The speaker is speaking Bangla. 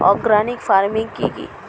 অর্গানিক ফার্মিং কি?